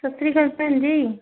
ਸੱਸਰੀਕਾਲ ਭੈਣ ਜੀ